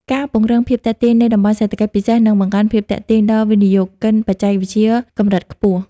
ការពង្រឹងភាពទាក់ទាញនៃ តំបន់សេដ្ឋកិច្ចពិសេស នឹងបង្កើនភាពទាក់ទាញដល់វិនិយោគិនបច្ចេកវិទ្យាកម្រិតខ្ពស់។